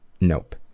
Nope